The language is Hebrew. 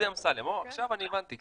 עכשיו אני הבנתי,